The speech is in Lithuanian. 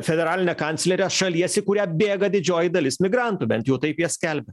federalinė kanclerė šalies į kurią bėga didžioji dalis migrantų bent jau taip jie skelbia